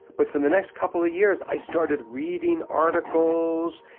but for the next couple ah years i started reading articles,